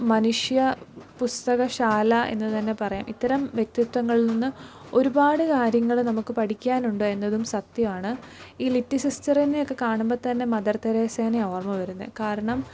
മനുഷ്യ പുസ്തകശാല എന്നുതന്നെ പറയാം ഇത്തരം വ്യക്തിത്വങ്ങളിൽ നിന്ന് ഒരുപാട് കാര്യങ്ങൾ നമുക്ക് പഠിക്കാനുണ്ട് എന്നതും സത്യമാണ് ഈ ലിറ്റി സിസ്റ്ററിനെയൊക്കെ കാണുമ്പം തന്നെ മദർതെരേസയിനെയാണ് ഓർമ്മ വരുന്നത് കാരണം